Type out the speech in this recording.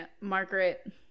Margaret